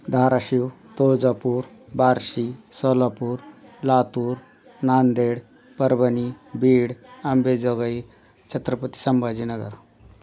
Dharashiv Tuljapur Barshi Solapur Latur Nanded Parbhani Beed Ambejogai Chhatrapati Sambhajinagar